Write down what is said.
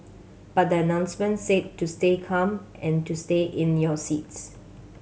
but the announcement said to stay calm and to stay in your seats